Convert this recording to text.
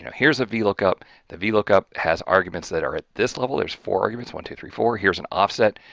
here's a vlookup. the vlookup has arguments that are at this level, there's four arguments one, two, three, four. here's an offset.